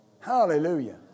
Hallelujah